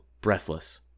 breathless